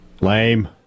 Lame